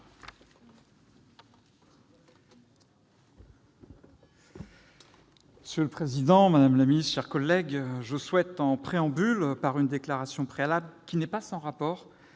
Monsieur le président, madame la ministre, mes chers collègues, je souhaite, en préambule, par une déclaration préalable qui n'est pas sans rapport